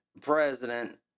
president